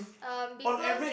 um because